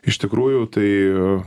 iš tikrųjų tai